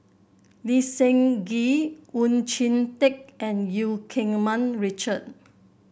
Lee Seng Gee Oon Jin Teik and Eu Keng Mun Richard